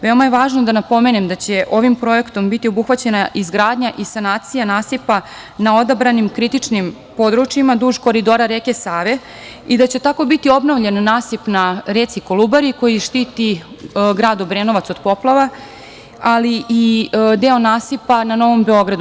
Veoma je važno da napomenem da će ovim projektom biti obuhvaćena izgradnja i sanacija nasipa na odabranim kritičnim područjima duž koridora reke Save i da će tako biti obnovljen nasip na reci Kolubari, koji štiti grad Obrenovac od poplava, ali i deo nasipa na Novom Beogradu.